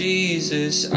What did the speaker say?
Jesus